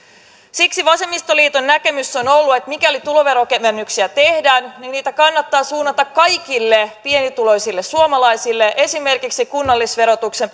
siksi vasemmistoliiton näkemys on ollut että mikäli tuloverokevennyksiä tehdään niin niitä kannattaa suunnata kaikille pienituloisille suomalaisille esimerkiksi kunnallisverotuksen